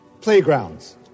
playgrounds